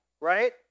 right